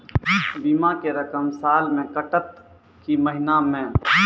बीमा के रकम साल मे कटत कि महीना मे?